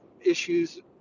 issues